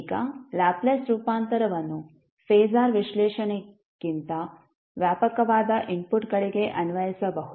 ಈಗ ಲ್ಯಾಪ್ಲೇಸ್ ರೂಪಾಂತರವನ್ನು ಫಾಸರ್ ವಿಶ್ಲೇಷಣೆಗಿಂತ ವ್ಯಾಪಕವಾದ ಇನ್ಫುಟ್ಗಳಿಗೆ ಅನ್ವಯಿಸಬಹುದು